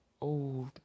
old